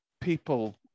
people